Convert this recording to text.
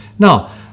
Now